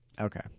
Okay